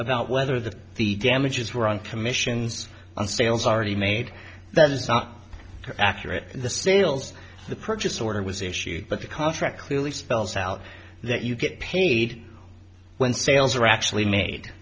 about whether the the damages were on commissions on sales already made that is not accurate the sales the purchase order was issued but the contract clearly spells out that you get paid when sales are actually made